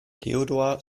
theodor